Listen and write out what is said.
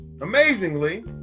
Amazingly